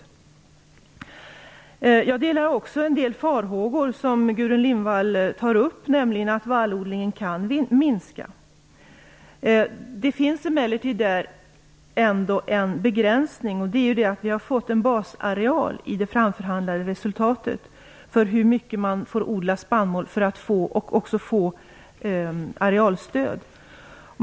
Vidare hyser också jag en del av de farhågor som Gudrun Lindvall ger uttryck för - t.ex. att vallodlingen kan minska. Det finns emellertid där en begränsning, nämligen att vi har fått en basareal i det framförhandlade resultatet för hur mycket spannmål man får odla för att få arealstöd.